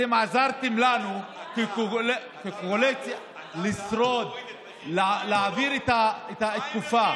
אתם עזרתם לנו כקואליציה לשרוד, להעביר את התקופה.